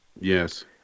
Yes